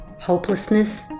Hopelessness